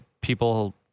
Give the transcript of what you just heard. people